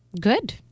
Good